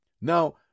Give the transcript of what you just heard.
Now